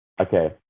Okay